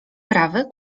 prawy